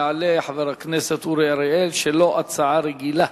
יעלה חבר הכנסת אורי אריאל, שלו הצעה רגילה.